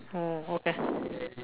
oh okay